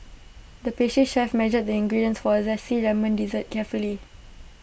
the pastry chef measured the ingredients for A Zesty Lemon Dessert carefully